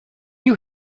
you